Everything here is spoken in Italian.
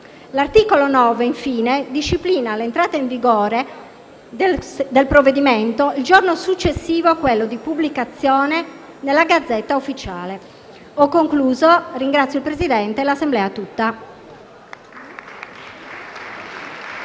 L'articolo 9, infine, disciplina l'entrata in vigore del provvedimento il giorno successivo a quello di pubblicazione nella *Gazzetta Ufficiale*. Ho concluso. Ringrazio il Presidente e l'Assemblea tutta.